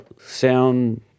sound